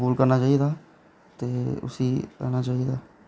दूर करना चाहिदा ते उसी करना चाहिदा